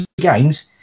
games